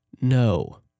No